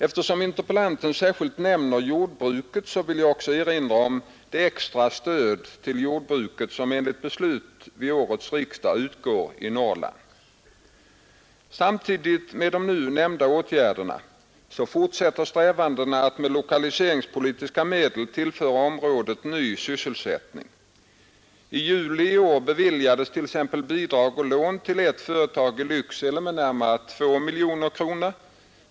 Eftersom interpellanten särskilt nämner jordbruket vill jag också erinra om det extra stöd till jordbruket som enligt beslut vid årets riksdag utgår i Norrland, Samtidigt med de nu nämnda åtgärderna fortsätter strävandena att med lokaliseringspolitiska medel tillföra området ny sysselsättning. I juli i år beviljades t.ex. bidrag och lån till ett företag i Lycksele med närmare 2 miljoner kronor.